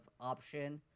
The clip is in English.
option